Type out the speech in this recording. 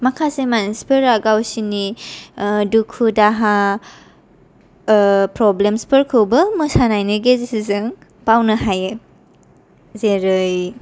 माखासे मानसिफोरा गावसिनि दुखु दाहा ओ प्रोब्लेम्सफोरखौबो मोसानायनि गेजेरजों बावनो हायो जेरै